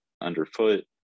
underfoot